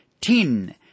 tin